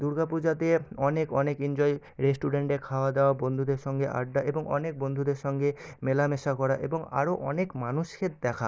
দুর্গা পূজাতে অনেক অনেকএনজয় রেস্টুরেন্টে খাওয়াদাওয়া বন্ধুদের সঙ্গে আড্ডা এবং অনেক বন্ধুদের সঙ্গে মেলামেশা করা এবং আরও অনেক মানুষের দেখা